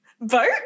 vote